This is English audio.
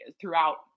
throughout